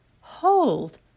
hold